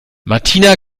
martina